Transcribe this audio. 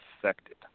affected